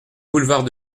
boulevard